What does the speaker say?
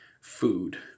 food